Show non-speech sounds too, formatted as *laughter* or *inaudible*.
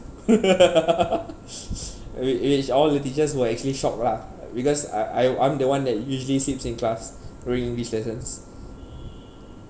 *laughs* *breath* which which all the teachers were actually shock lah because I I I'm the one that usually sleeps in class during these lessons